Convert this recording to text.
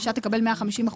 לפיה האישה תקבל 150%,